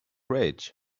rage